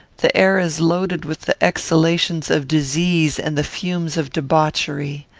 the air is loaded with the exhalations of disease and the fumes of debauchery.